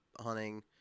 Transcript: hunting